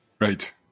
Right